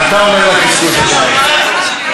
אתה אומר לה קשקוש, אדוני.